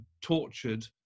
tortured